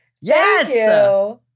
yes